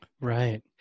Right